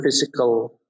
physical